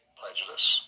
prejudice